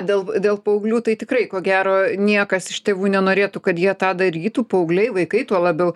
dėl dėl paauglių tai tikrai ko gero niekas iš tėvų nenorėtų kad jie tą darytų paaugliai vaikai tuo labiau